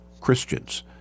Christians